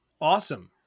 Awesome